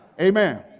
Amen